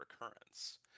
occurrence